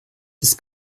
ist